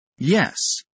Yes